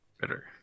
Better